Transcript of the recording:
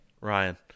Ryan